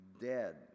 dead